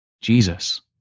Jesus